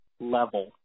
level